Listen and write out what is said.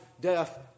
death